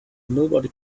nobody